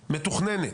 מתוכננת.